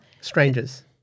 Strangers